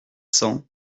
cents